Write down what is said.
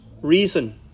reason